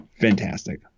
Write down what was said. Fantastic